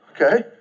Okay